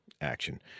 action